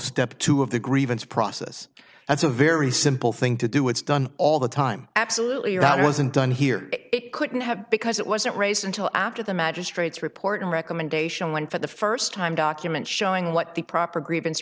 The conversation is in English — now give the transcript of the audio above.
step two of the grievance process that's a very simple thing to do it's done all the time absolutely right it wasn't done here it couldn't have because it wasn't raised until after the magistrate's report and recommendation one for the first time document showing what the proper grievance